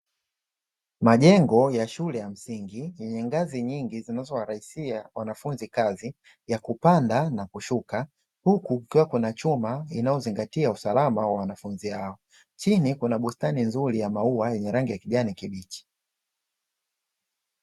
Majengo ya shule ya msingi, yenye ngazi nyingi zinazowarahisia wanafunzi kazi ya kupanda na kushuka, huku kukiwa kuna chuma inayozingatia usalama wa wanafunzi hao. Chini kuna bustani nzuri ya maua yenye rangi ya kijani kibichi.